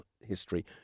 history